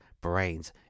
brains